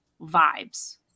vibes